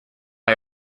die